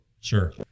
sure